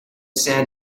sand